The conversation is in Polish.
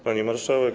Pani Marszałek!